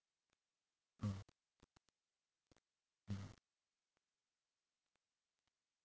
ah ya